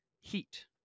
heat